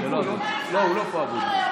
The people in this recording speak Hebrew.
הוא לא פה, אבוטבול.